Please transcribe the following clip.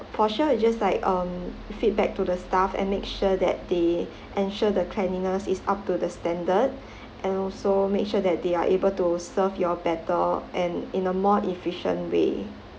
for sure is just like um feedback to the staff and make sure that they ensure the cleanliness is up to the standard and also make sure that they are able to serve y'all better and in a more efficient way